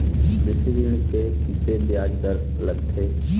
कृषि ऋण के किसे ब्याज दर लगथे?